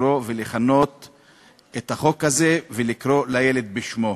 לקרוא לחוק הזה ולכנות אותו, לקרוא לילד בשמו.